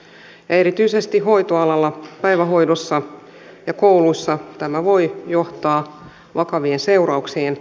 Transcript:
erityisesti hoitoalalla päivähoidossa ja kouluissa tämä voi johtaa vakaviin seurauksiin